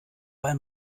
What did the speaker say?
weil